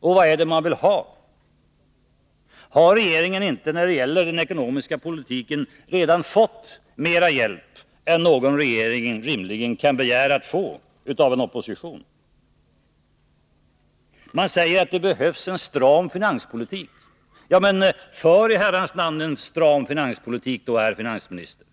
Och vad är det man vill ha? Har regeringen inte när det gäller den ekonomiska poltiken redan fått mera hjälp än någon regering rimligen kan begära att få av en opposition? Man säger att det behövs en stram finanspolitik. Ja, men för i Herrans namn en stram finanspolitik då, herr finansminister!